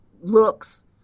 looks